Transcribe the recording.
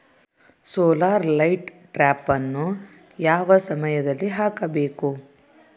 Solar light ಟ್ರಾಪನ್ನು ಯಾವ ಸಮಯದಲ್ಲಿ ಹಾಕಬೇಕು?